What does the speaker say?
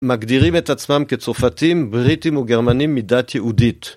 מגדירים את עצמם כצרפתים, בריטים וגרמנים מדת יהודית.